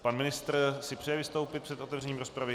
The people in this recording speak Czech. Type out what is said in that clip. Pan ministr si přeje vystoupit před otevřením rozpravy?